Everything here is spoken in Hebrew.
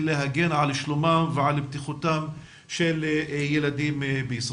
להגן על שלומם ועל בטיחותם של ילדים בישראל.